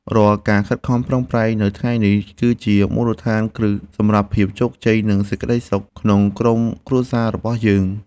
រាល់ការខិតខំប្រឹងប្រែងនៅថ្ងៃនេះ គឺជាមូលដ្ឋានគ្រឹះសម្រាប់ភាពជោគជ័យនិងសេចក្តីសុខក្នុងក្រុមគ្រួសាររបស់យើង។